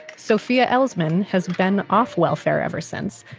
sophia elsman has been off welfare ever since.